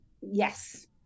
yes